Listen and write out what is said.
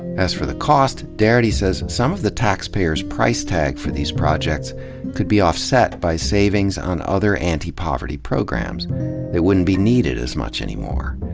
as for the cost, darity says some of the taxpayer's price tag for these projects could be partly offset by savings on other anti poverty programs that wouldn't be needed as much anymore.